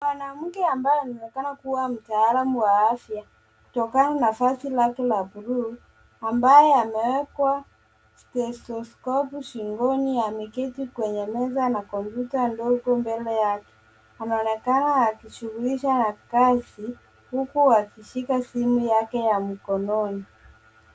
Mwanamke ambaye anaonekana kuwa mtaalamu wa afya kutokana na vazi lake la buluu ambaye amewekwa stethoscopu shingoni. Ameketi kwenye meza na kompyuta ndogo mbele yake. Anaonekana akishughulisha na kazi huku akishika simu yake ya mkononi.